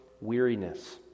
weariness